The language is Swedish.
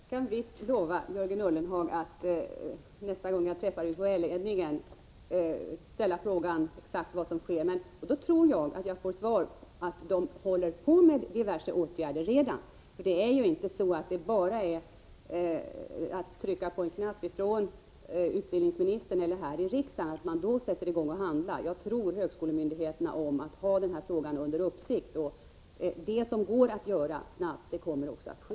Herr talman! Jag kan visst lova Jörgen Ullenhag att när jag nästa gång träffar UHÄ-ledningen skall jag fråga exakt vad som sker. Då tror jag att jag får svaret att diverse åtgärder redan är på gång. För att visa handlingskraft räckr det nämligen inte för utbildningsministern eller för riksdagen att bara trycka på en knapp. Jag tror högskolemyndigheterna om att ha den här frågan under uppsikt — det som går att göra snabbt, det kommer också att ske.